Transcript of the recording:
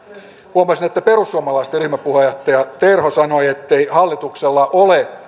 huomasin että perussuomalaisten ryhmäpuheenjohtaja terho sanoi ettei hallituksella ole